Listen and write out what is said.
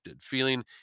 feeling